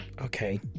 okay